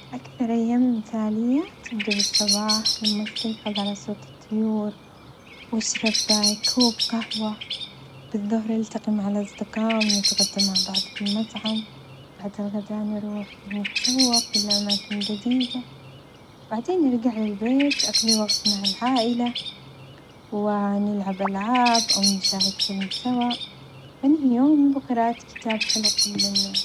أكثر أيامي مثالية تبدأ بالصباح لما أستيقظ على صوت الطيور وأشرب كوب قهوة، بالظهر ألتقي مع الأصدقاء ونتغدى مع بعض في المطعم، وبعد الغدا نروح نتسوق من أماكن جديدة، وبعدين نرجع البيت أقضي وقت مع العائلة ونلعب ألعاب أو نشاهد فيلم سوا، وأنهي يومي بقراءة كتاب حلو قبل النوم.